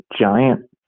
giant